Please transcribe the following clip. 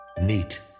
Neat